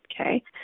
okay